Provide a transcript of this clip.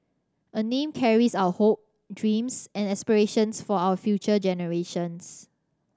a name carries our hope dreams and aspirations for our future generations